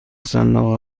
صندوق